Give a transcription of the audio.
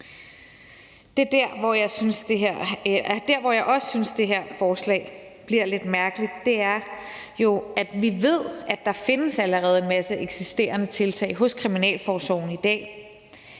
Det, jeg også synes gør det her forslag lidt mærkeligt, er jo, at vi ved, at der allerede findes en masse eksisterende tiltag hos kriminalforsorgen i dag